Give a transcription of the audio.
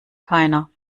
keiner